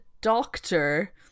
doctor